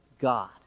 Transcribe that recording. God